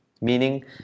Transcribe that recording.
Meaning